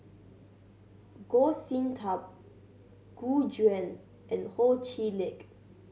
Goh Sin Tub Gu Juan and Ho Chee Lick